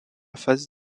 phase